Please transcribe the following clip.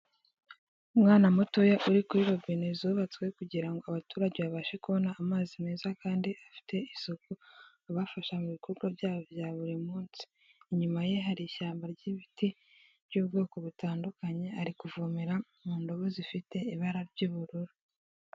Umwana mutoya uri kuri robine zubatswe kugira ngo abaturage babashe kubona amazi meza kandi afite isuku, abafasha mu bikorwa byabo bya buri munsi. Inyuma ye hari ishyamba ry'ibiti by'ubwoko butandukanye, ari kuvomera mu ndobo zifite ibara ry'ubururu.